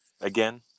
again